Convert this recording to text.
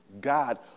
God